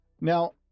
Now